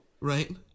right